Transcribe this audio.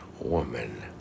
Woman